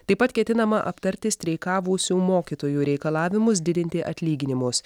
taip pat ketinama aptarti streikavusių mokytojų reikalavimus didinti atlyginimus